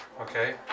okay